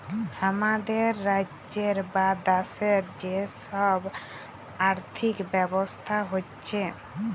হামাদের রাজ্যের বা দ্যাশের যে সব আর্থিক ব্যবস্থা হচ্যে